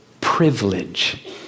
privilege